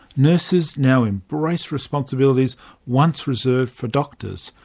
nurses now embrace responsibilities once reserved for doctors,